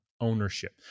Ownership